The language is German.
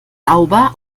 sauber